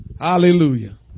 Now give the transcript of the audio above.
Hallelujah